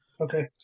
okay